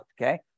okay